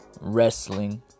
Wrestling